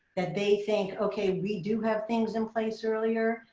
that they think, okay, we do have things in place earlier,